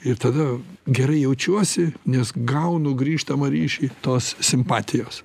ir tada gerai jaučiuosi nes gaunu grįžtamą ryšį tos simpatijos